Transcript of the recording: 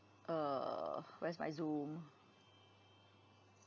uh where's my Zoom